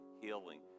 healing